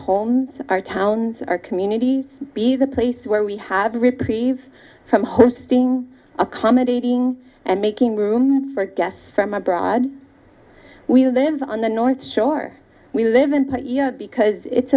homes our towns our communities be the place where we have a reprieve from hosting accommodating and making room for guests from abroad we live on the north shore we live in part because it's